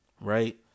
Right